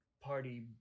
party